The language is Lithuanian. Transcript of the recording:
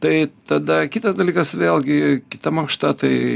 tai tada kitas dalykas vėlgi kita mankšta tai